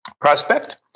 prospect